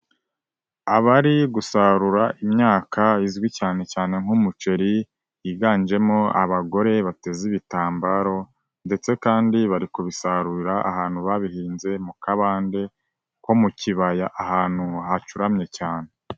Abari gusarura imyaka izwi cyane cyane nk'umuceri, higanjemo abagore bateze ibitambaro, ndetse kandi bari kubisarura ahantu babihinze mu kabande ko mu kibaya ahantu hacuramye cyane.